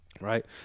right